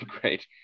great